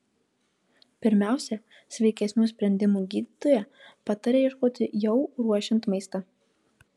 pirmiausia sveikesnių sprendimų gydytoja pataria ieškoti jau ruošiant maistą